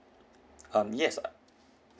um yes uh